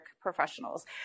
professionals